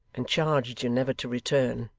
and charged you never to return